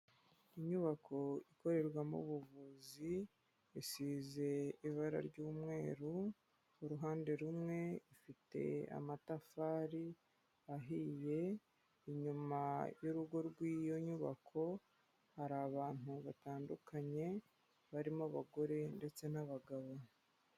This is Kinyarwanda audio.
Inyubako ikorerwamo ubuvuzi, isize ibara ry'umweru, uruhande rumwe ifite amatafari ahiye, inyuma y'urugo rw'iyo nyubako hari abantu batandukanye barimo abagore, ndetse n'abagabo.